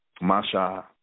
Masha